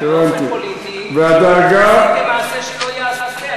אבל באופן פוליטי עשיתם מעשה שלא ייעשה.